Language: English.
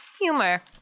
humor